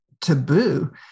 taboo